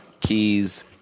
keys